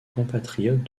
compatriotes